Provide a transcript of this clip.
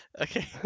Okay